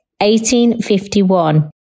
1851